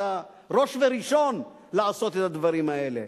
אתה ראש וראשון לעשות את הדברים האלה,